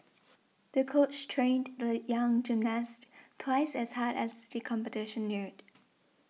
the coach trained the young gymnast twice as hard as the competition neared